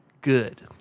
Good